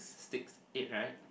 sticks eight right